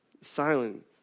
silent